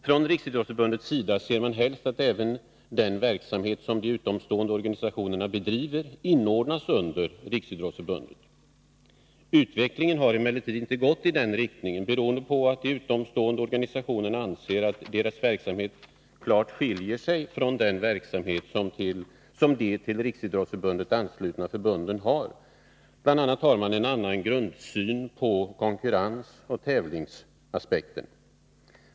Från Riksidrottsförbundets sida ser man helst att även den verksamhet som de utomstående organisationerna bedriver inordnas under Riksidrottsförbundet. Utvecklingen har emellertid inte gått i den riktningen, beroende på att de utomstående organisationerna anser att deras verksamhet klart skiljer sig från den verksamhet som de till Riksidrottsförbundet anslutna förbunden har. Bl. a. har man en annan grundsyn på konkurrensoch tävlingsaspekten.